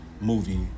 movie